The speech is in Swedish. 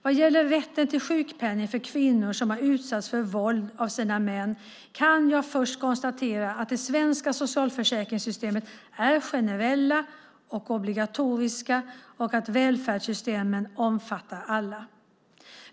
Vad gäller rätten till sjukpenning för kvinnor som har utsatts för våld av sina män kan jag först konstatera att de svenska socialförsäkringssystemen är generella och obligatoriska och att välfärdssystemen omfattar alla.